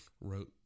wrote